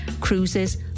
cruises